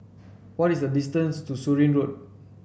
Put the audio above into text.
what is the distance to Surin Road